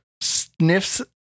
sniffs